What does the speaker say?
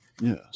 yes